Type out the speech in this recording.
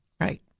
Right